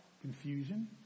confusion